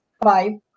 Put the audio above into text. Bye